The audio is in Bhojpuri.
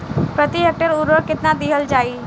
प्रति हेक्टेयर उर्वरक केतना दिहल जाई?